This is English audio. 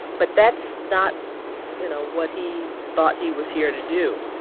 but that's not, you know, what he thought he was here to do.